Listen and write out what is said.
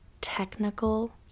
technical